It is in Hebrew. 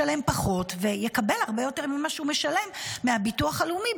ישלם פחות ויקבל הרבה יותר ממה שהוא משלם מהביטוח הלאומי,